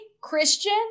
Christian